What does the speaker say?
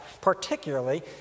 particularly